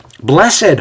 Blessed